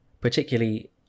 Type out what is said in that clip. particularly